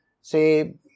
say